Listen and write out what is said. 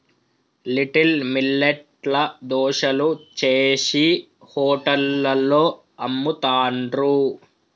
little millet ల దోశలు చేశి హోటళ్లలో అమ్ముతాండ్రు